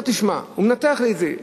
הוא מנתח את זה,